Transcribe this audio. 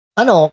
ano